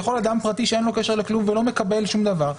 יכול להיות אדם פרטי שאין לו קשר לכלום והוא לא מקבל שום דבר,